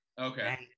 Okay